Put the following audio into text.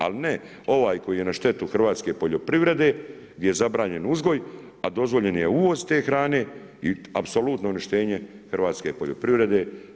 Al ne, ovaj koji je na štetu hrvatske poljoprivrede gdje je zabranjen uzgoj, a dozvoljen je uvoz te hrane i apsolutno uništenje hrvatske poljoprivrede.